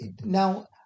Now